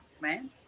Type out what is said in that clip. man